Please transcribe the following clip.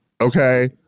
okay